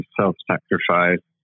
self-sacrifice